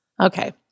Okay